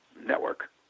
network